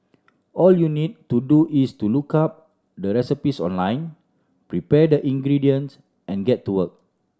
all you need to do is to look up the recipes online prepare the ingredients and get to work